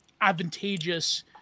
advantageous